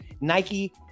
Nike